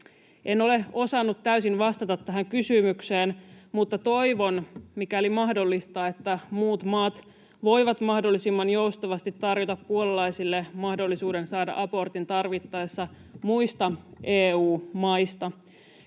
En ole osannut täysin vastata tähän kysymykseen, mutta toivon, että mikäli mahdollista, muut maat voisivat mahdollisimman joustavasti tarjota puolalaisille mahdollisuuden saada abortin tarvittaessa muista EU-maista.